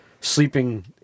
sleeping